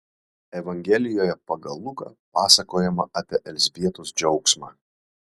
evangelijoje pagal luką pasakojama apie elzbietos džiaugsmą